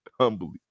humbly